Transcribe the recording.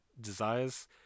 desires